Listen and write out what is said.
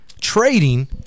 trading